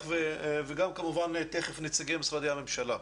וגם כמובן תיכף את נציגי משרדי הממשלה.